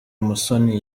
musoni